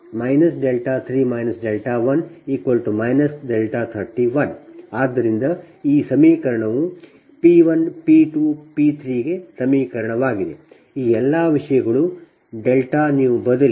ಆದ್ದರಿಂದ ಈ ಸಮೀಕರಣವು P 1 P 2 P 3 ಗೆ ಸಮೀಕರಣವಾಗಿದೆ ಈ ಎಲ್ಲ ವಿಷಯಗಳು δ ನೀವು ಬದಲಿ